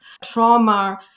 trauma